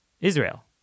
Israel